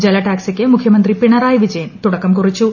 ജല ടാക്സിക്ക് മുഖ്യമന്ത്രി പിണറായി വിജയൻ തുടക്കം കുറിച്ചു